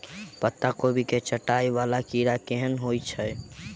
पत्ता कोबी केँ चाटय वला कीड़ा केहन होइ छै?